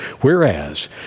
Whereas